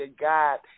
God